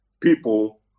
people